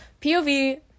POV